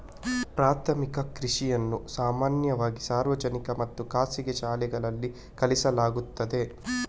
ಪ್ರಾಥಮಿಕ ಕೃಷಿಯನ್ನು ಸಾಮಾನ್ಯವಾಗಿ ಸಾರ್ವಜನಿಕ ಮತ್ತು ಖಾಸಗಿ ಶಾಲೆಗಳಲ್ಲಿ ಕಲಿಸಲಾಗುತ್ತದೆ